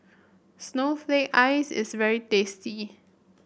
Snowflake Ice is very tasty